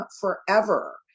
forever